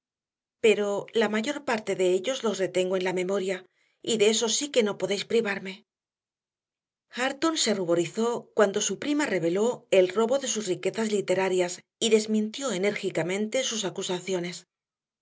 pero la mayor parte de ellos los retengo en la memoria y de eso sí que no podéis privarme hareton se ruborizó cuando su prima reveló el robo de sus riquezas literarias y desmintió enérgicamente sus acusaciones